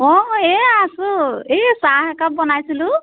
অঁ এই আছোঁ এই চাহ একাপ বনাইছিলোঁ